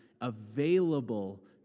available